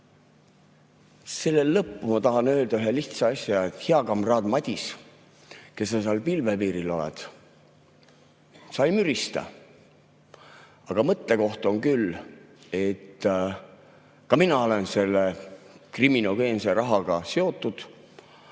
jagu? Sellele lõppu ma tahan öelda ühe lihtsa asja. Hea kamraad Madis, kes sa seal pilvepiiril oled, sa ei mürista. Aga mõttekoht on küll, et ka mina olen selle kriminogeense rahaga seotud.